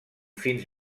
fins